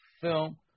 Film